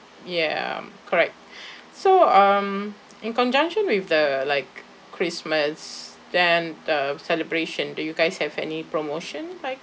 ya correct so um in conjunction with the like christmas then the celebration do you guys have any promotion like